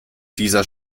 dieser